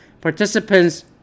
Participants